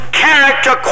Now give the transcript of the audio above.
character